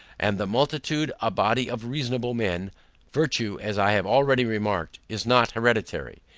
and the multitude a body of reasonable men virtue, as i have already remarked, is not hereditary,